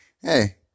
Hey